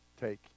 Take